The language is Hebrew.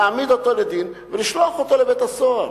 להעמיד אותו לדין ולשלוח אותו לבית-הסוהר,